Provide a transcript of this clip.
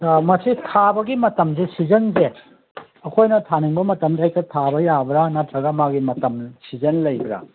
ꯃꯁꯤ ꯊꯥꯕꯒꯤ ꯃꯇꯝꯁꯦ ꯁꯤꯖꯟꯁꯦ ꯑꯩꯈꯣꯏꯅ ꯊꯥꯅꯤꯡꯕ ꯃꯇꯝꯗ ꯍꯦꯛꯇ ꯊꯥꯕ ꯌꯥꯕ꯭ꯔꯥ ꯅꯠꯇ꯭ꯔꯒ ꯃꯥꯒꯤ ꯃꯇꯝ ꯁꯤꯖꯟ ꯂꯩꯕ꯭ꯔꯥ